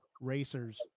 racers